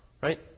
Right